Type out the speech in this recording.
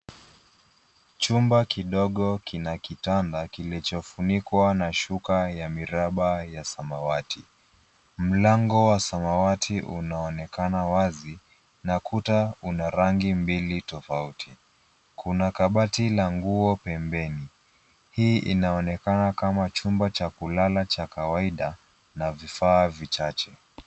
Chumba kidogo kina kitanda kilichofunikwa na shuka ya miraba ya samawati. Mlango wa samawati unaonekana wazi na kuta una rangi mbili tofauti, kuna kabati la nguo pembeni. Hii inaonekana kama chumba cha kulala cha kawaida na vifaa vichache.